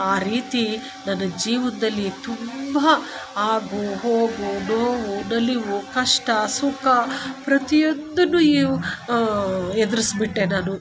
ಆ ರೀತಿ ನನ್ನ ಜೀವನ್ದಲ್ಲಿ ತುಂಬ ಆಗು ಹೋಗು ನೋವು ನಲಿವು ಕಷ್ಟ ಸುಖ ಪ್ರತಿ ಒಂದು ಎದುರಿಸ್ಬಿಟ್ಟೆ ನಾನು